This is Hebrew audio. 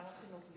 שר החינוך ישיב.